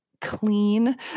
clean